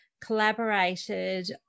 collaborated